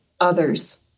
others